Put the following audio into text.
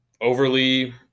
overly